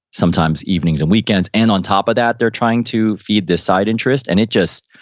sometimes evenings and weekends. and on top of that, they're trying to feed this side interest and it just,